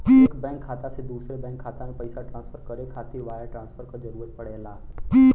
एक बैंक खाता से दूसरे बैंक खाता में पइसा ट्रांसफर करे खातिर वायर ट्रांसफर क जरूरत पड़ेला